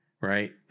Right